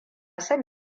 son